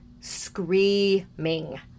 screaming